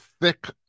thick